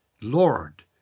Lord